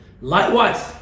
Likewise